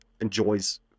enjoys